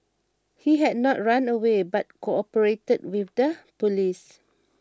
he had not run away but cooperated with the police